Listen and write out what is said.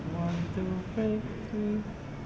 I want to break free